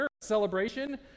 celebration